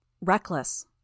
Reckless